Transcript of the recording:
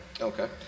Okay